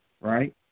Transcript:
right